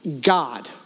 God